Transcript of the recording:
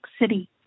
City